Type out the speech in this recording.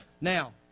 Now